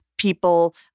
People